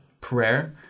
prayer